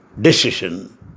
decision